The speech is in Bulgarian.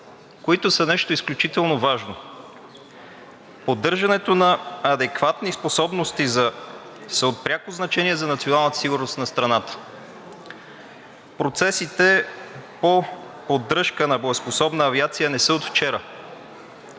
които са нещо изключително важно. Поддържането на адекватни способности е от пряко значение за националната сигурност на страната. Процесите по поддържка на боеспособна авиация не са от вчера.